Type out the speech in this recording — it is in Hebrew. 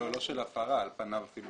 נושא משרה, הסכום הבסיסי הוא 5,000 שקלים.